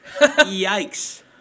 Yikes